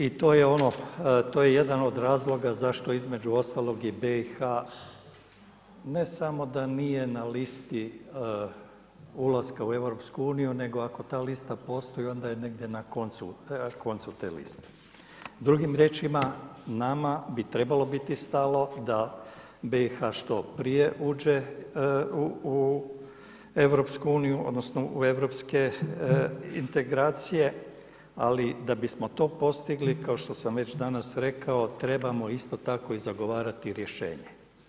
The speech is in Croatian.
I to je jedan od razloga zašto između ostaloga i BIH ne samo da nije na listi ulaska u EU-u nego ako ta lista postoji onda je negdje na koncu te liste, drugim riječima nama bi trebalo biti stalo da BiH što prije uđe u EU odnosno u europske integracije ali da bismo to postigli, kao što sam već danas rekao, trebamo isto tako i zagovarati rješenje.